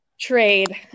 trade